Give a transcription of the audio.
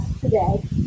today